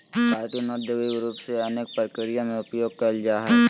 chitin औद्योगिक रूप से अनेक प्रक्रिया में उपयोग कइल जाय हइ